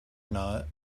not